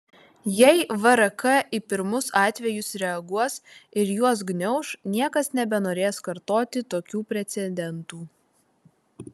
jei vrk į pirmus atvejus reaguos ir juos gniauš niekas nebenorės kartoti tokių precedentų